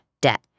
Debt